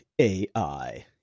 AI